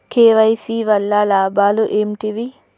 KYC వల్ల లాభాలు ఏంటివి?